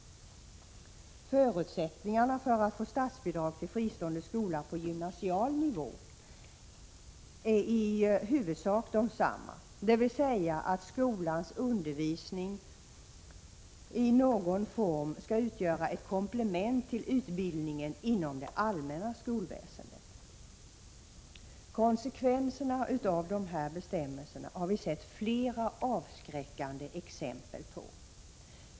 Förutsättningarna för att få statsbidrag till fristående skola på gymnasial nivå är i huvudsak desamma, dvs. att skolans undervisning i någon form skall utgöra ett komplement till utbildningen inom det allmänna skolväsendet. Konsekvenserna av dessa bestämmelser har vi sett flera avskräckande exempel på.